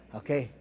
okay